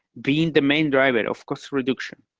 been the main driver of cost reduction,